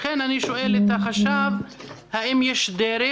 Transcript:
לכן אני שואל את החשב האם יש דרך,